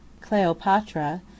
Cleopatra